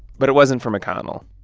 but it wasn't for mcconnell.